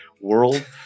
World